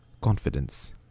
confidence